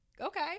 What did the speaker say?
Okay